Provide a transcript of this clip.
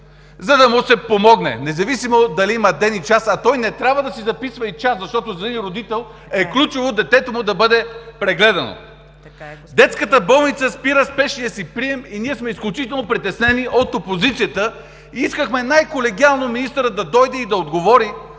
за да му се помогне, независимо дали има ден и час, а той не трябва да си записва и час, защото за един родител е ключово детето му да бъде прегледано. Детската болница спира спешния си прием и ние от опозицията сме изключително притеснени и искахме най-колегиално министърът да дойде и да отговори